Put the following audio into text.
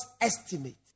estimate